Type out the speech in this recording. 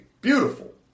Beautiful